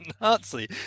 Nazi